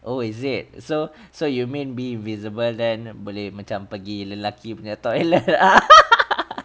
oh is it so so you mean be visible then boleh macam pergi lelaki punya toilet